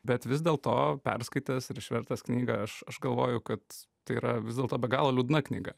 bet vis dėlto perskaitęs ir išvertęs knygą aš aš galvoju kad tai yra vis dėlto be galo liūdna knyga